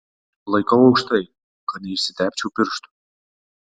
laikau aukštai kad neišsitepčiau pirštų